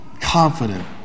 confident